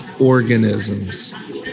organisms